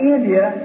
India